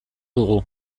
dugu